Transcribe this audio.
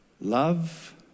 love